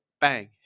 bang